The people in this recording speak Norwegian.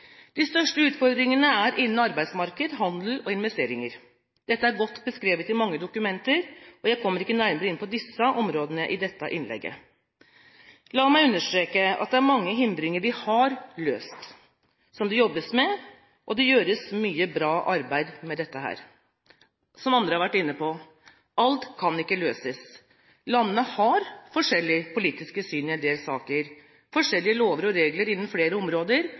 De største utfordringene er innen arbeidsmarked, handel og investeringer. Dette er godt beskrevet i mange dokumenter, og jeg kommer ikke nærmere inn på disse områdene i dette innlegget. La meg understreke at det er mange hindringer vi har løst, mange som det jobbes med, og det gjøres mye bra arbeid med dette. Som andre har vært inne på: Alt kan ikke løses, landene har forskjellig politisk syn i en del saker, forskjellige lover og regler innen flere områder,